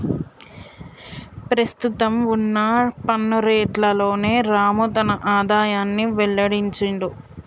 ప్రస్తుతం వున్న పన్ను రేట్లలోనే రాము తన ఆదాయాన్ని వెల్లడించిండు